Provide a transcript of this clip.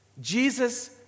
Jesus